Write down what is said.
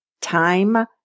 Time